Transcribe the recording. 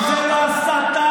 אם זו לא הסתה,